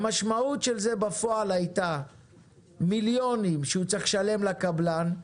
המשמעות של זה בפועל הייתה מילונים שהוא צריך לשלם לקבלן,